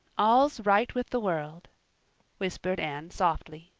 all's right with the world whispered anne softly.